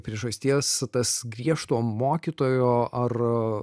priežasties tas griežto mokytojo ar